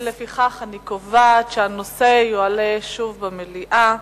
לפיכך אני קובעת שהנושא יועלה שוב במליאה.